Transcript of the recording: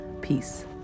Peace